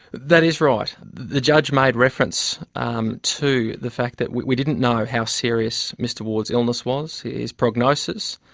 that is right the judge made reference um to the fact that we didn't know how serious mr ward's illness was, his prognosis,